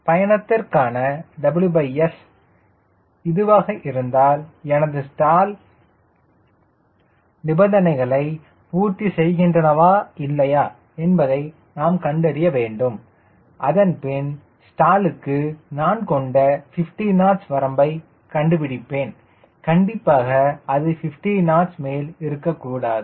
பயணத்திற்கான WS இதுவாக இருந்தால் எனது ஸ்டால் நிபந்தனைகளை பூர்த்திசெய்கின்றனவா இல்லையா என்பதை நாம் கண்டறியவேண்டும் அதன்பின் ஸ்டாலுக்கு நான் கொண்ட 50 knots வரம்பைக் கண்டுபிடிப்பேன் கண்டிப்பாக அது 50 knots மேல் இருக்கக்கூடாது